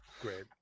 great